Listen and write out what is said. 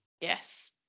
Yes